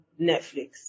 Netflix